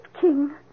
king